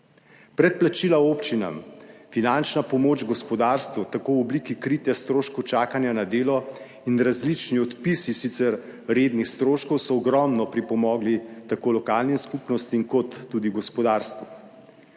Predplačila občinam, finančna pomoč gospodarstvu, tako v obliki kritja stroškov čakanja na delo in različni odpisi sicer rednih stroškov so ogromno pripomogli tako lokalnim skupnostim kot tudi gospodarstvu.